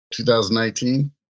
2019